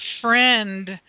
friend